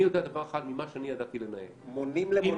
אני יודע דבר אחד ממה שאני ידעתי לנהל: אם